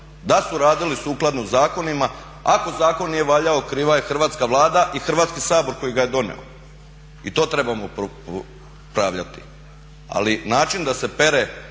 da su radili sukladno zakonima, ako zakon nije valjao kriva je hrvatska Vlada i Hrvatski sabor koji ga je doneo i to trebamo popravljati. Ali način da se pere